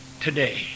today